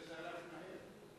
זה הלך מהר.